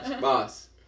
Boss